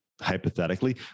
hypothetically